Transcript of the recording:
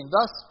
Thus